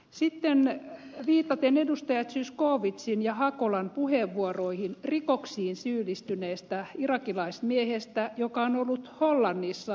sitten viitaten edustajien zyskowiczin ja hakolan puheenvuoroihin rikoksiin syyllistyneestä irakilaismiehestä joka on ollut hollannissa turvapaikanhakijana